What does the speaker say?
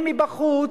בכיינית.